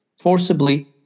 forcibly